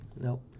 Nope